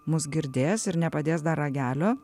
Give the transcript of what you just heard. mus girdės ir nepadės dar ragelio